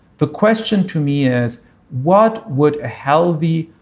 the question to me is what would a healthy,